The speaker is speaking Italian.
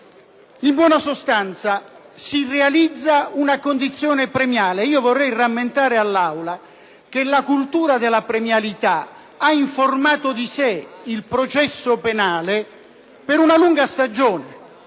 In buona sostanza, si realizza una condizione premiale. Vorrei rammentare all’Aula che la cultura della premialitaha informato di se´ il processo penale per una lunga stagione